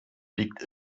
liegt